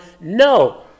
No